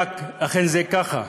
אכן זה ככה.